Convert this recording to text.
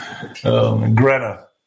Greta